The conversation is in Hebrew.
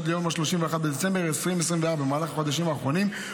עד ליום 31 בדצמבר 2024. במהלך החודשים האחרונים,